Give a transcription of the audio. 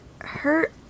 hurt